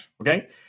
Okay